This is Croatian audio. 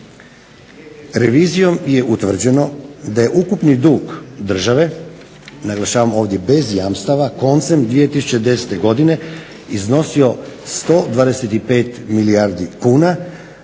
Revizijom je utvrđeno da je ukupni dug države, naglašavam ovdje bez jamstava koncem 2010. godine iznosio 125 milijardi kuna